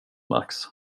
max